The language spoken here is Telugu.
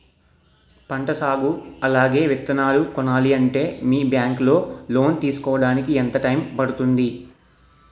పంట సాగు అలాగే విత్తనాలు కొనాలి అంటే మీ బ్యాంక్ లో లోన్ తీసుకోడానికి ఎంత టైం పడుతుంది?